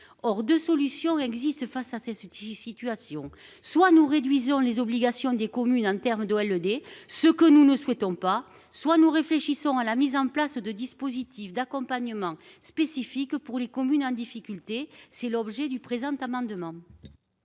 Or de solutions existent. Face à ces situation soit nous réduisons les obligations des communes, un terme doit le des. Ce que nous ne souhaitons pas, soit nous réfléchissons à la mise en place de dispositifs d'accompagnement spécifique pour les communes hein difficulté c'est l'objet du présent amendement.